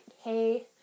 hey